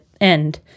end